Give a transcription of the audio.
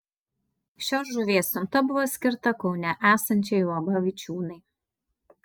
šios žuvies siunta buvo skirta kaune esančiai uab vičiūnai